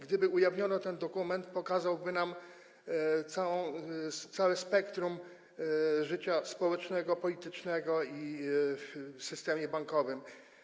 Gdyby ujawniono ten dokument, pokazałby on nam całe spektrum życia społecznego, politycznego i w systemie bankowym.